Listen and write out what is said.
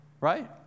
right